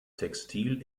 textil